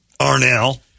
Arnell